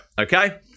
Okay